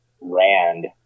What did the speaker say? Rand